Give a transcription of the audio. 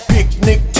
Picnic